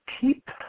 keep